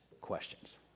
questions